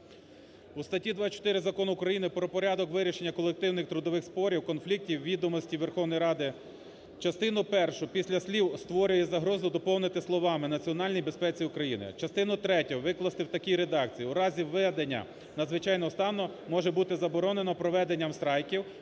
У статті 24 Закону України "Про порядок вирішення колективних трудових спорів, конфліктів" ("Відомості Верховної Ради") частину першу після слів "створює загрозу" доповнити словами "національній безпеці України". Частину третю викласти в такій редакції: "В разі введення надзвичайного стану може бути заборонено проведення страйків